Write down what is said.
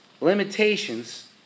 limitations